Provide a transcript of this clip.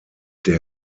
der